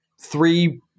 three